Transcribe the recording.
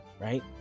right